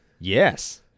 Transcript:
Yes